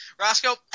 Roscoe